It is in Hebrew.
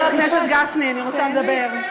חבר הכנסת גפני, אני רוצה לדבר.